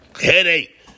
Headache